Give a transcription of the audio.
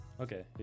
Okay